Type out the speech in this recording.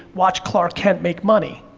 watch clark kent make money.